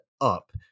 up